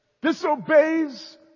disobeys